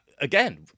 Again